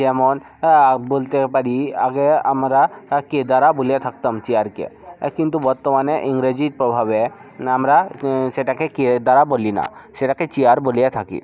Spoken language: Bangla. যেমন বলতে পারি আগে আমরা কেদারা বলে থাকতাম চেয়ারকে কিন্তু বর্তমানে ইংরেজির প্রভাবে আমরা সেটাকে কেদারা বলি না সেটাকে চেয়ার বলে থাকি